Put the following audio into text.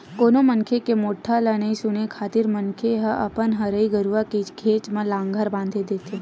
कोनो मनखे के मोठ्ठा ल नइ सुने खातिर मनखे ह अपन हरही गरुवा के घेंच म लांहगर बांधे देथे